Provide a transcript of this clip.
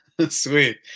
Sweet